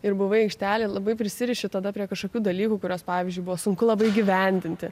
ir buvai aikštelėj labai prisiriši tada prie kažkokių dalykų kuriuos pavyzdžiui buvo sunku labai įgyvendinti